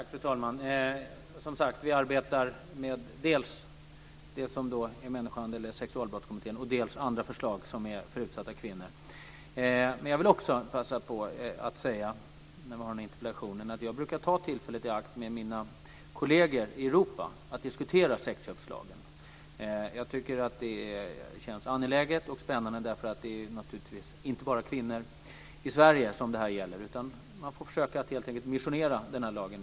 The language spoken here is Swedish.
Fru talman! Som sagt, vi arbetar med förslagen från Sexualbrottskommittén och med andra förslag som riktar sig till utsatta kvinnor. Jag vill också passa på att säga att jag brukar ta tillfället i akt och diskutera sexköpslagen med mina kolleger i Europa. Jag tycker att det känns angeläget och spännande. Det här gäller ju inte bara kvinnor i Sverige. Jag försöker helt enkelt att missionera om den här lagen.